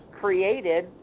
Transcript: created